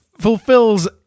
fulfills